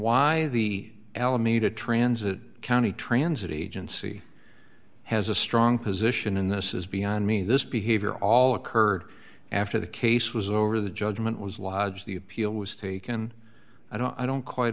why the elevated transit county transit agency has a strong position in this is beyond me this behavior all occurred after the case was over the judgment was lodged the appeal was taken i don't i don't quite